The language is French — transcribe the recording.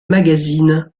magazines